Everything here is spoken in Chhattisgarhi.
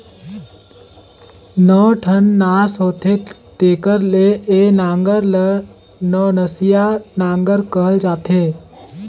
नौ ठन नास होथे तेकर ले ए नांगर ल नवनसिया नागर कहल जाथे